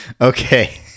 Okay